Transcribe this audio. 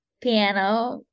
piano